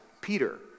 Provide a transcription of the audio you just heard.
Peter